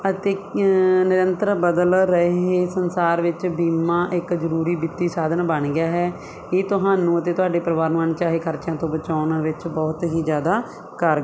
ਅਤੇ ਨਿਰੰਤਰ ਬਦਲ ਰਹੇ ਸੰਸਾਰ ਵਿੱਚ ਬੀਮਾ ਇੱਕ ਜ਼ਰੂਰੀ ਵਿੱਤੀ ਸਾਧਨ ਬਣ ਗਿਆ ਹੈ ਇਹ ਤੁਹਾਨੂੰ ਅਤੇ ਤੁਹਾਡੇ ਪਰਿਵਾਰ ਨੂੰ ਅਣਚਾਹੇ ਖਰਚਿਆਂ ਤੋਂ ਬਚਾਉਣ ਵਿੱਚ ਬਹੁਤ ਹੀ ਜ਼ਿਆਦਾ ਕਰ